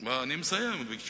אתה לא מקריא